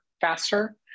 faster